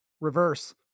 Reverse